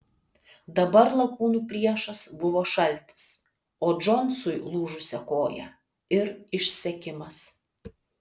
dabar lakūnų priešas buvo šaltis o džonsui lūžusia koja ir išsekimas